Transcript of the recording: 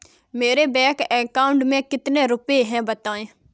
मेरे bank account में कितने रुपए हैं बताएँ?